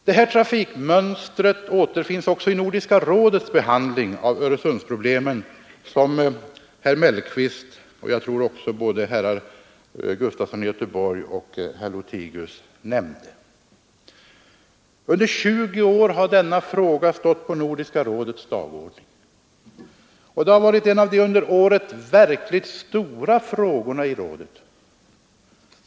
Det här trafikmönstret återfinns också i Nordiska rådets behandling av Öresundsproblemen, som herr Mellqvist och även herrar Gustafson i Göteborg och Lothigius nämnde. Under tjugo år har denna fråga stått på Nordiska rådets dagordning. Och det har varit en av de under åren verkligt stora frågorna.